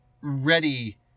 ready